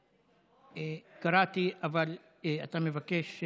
קראתי, אבל אתה מבקש,